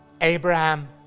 Abraham